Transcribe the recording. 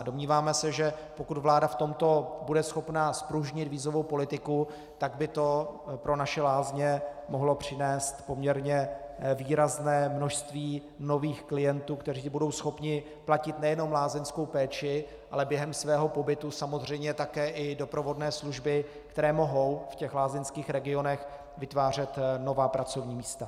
Domníváme se, že pokud vláda v tomto bude schopna zpružnit vízovou politiku, tak by to pro naše lázně mohlo přinést poměrně výrazné množství nových klientů, kteří budou schopni platit nejenom lázeňskou péči, ale během svého pobytu samozřejmě i doprovodné služby, které mohou v lázeňských regionech vytvářet nová pracovní místa.